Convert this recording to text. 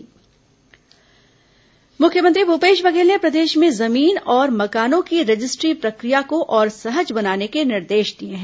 मुख्यमंत्री बैठक मुख्यमंत्री भूपेश बघेल ने प्रदेश में जमीन और मकानों की रजिस्टी प्रक्रिया को और सहज बनाने के निर्देश दिए हैं